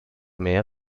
mehr